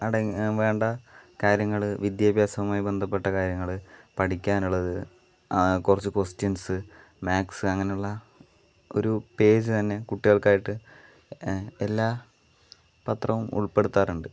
അടങ്ങിയ വേണ്ട കാര്യങ്ങൾ വിദ്യാഭ്യാസവുമായി ബന്ധപ്പെട്ട കാര്യങ്ങൾ പഠിക്കാനുള്ളത് കുറച്ചു ക്വസ്റ്റ്യൻസ് മാത്സ് അങ്ങനെയുള്ള ഒരു പേജ് തന്നെ കുട്ടികൾക്കായിട്ട് എല്ലാ പത്രവും ഉൾപ്പെടുത്താറുണ്ട്